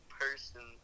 person